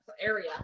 area